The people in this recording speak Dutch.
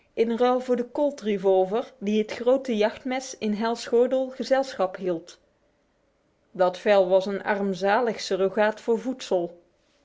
in ruil voor de colt revolver die het grote jachtmes in hal's gordel gezelschap hield dat vel was een armzalig surrogaat voor voedsel